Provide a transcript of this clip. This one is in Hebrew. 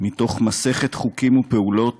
מתוך מסכת חוקים ופעולות